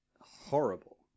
horrible